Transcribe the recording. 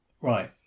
Right